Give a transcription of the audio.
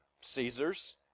Caesar's